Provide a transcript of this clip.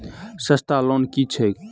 सस्ता लोन केँ छैक